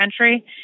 country